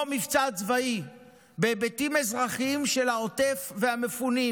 במבצע צבאי בהיבטים אזרחיים של העוטף והמפונים.